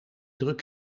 druk